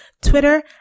Twitter